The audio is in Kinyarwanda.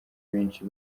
benshi